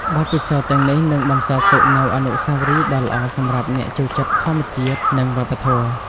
បទពិសោធន៍ទាំងនេះនឹងបន្សល់ទុកនូវអនុស្សាវរីយ៍ដ៏ល្អសម្រាប់អ្នកចូលចិត្តធម្មជាតិ និងវប្បធម៌។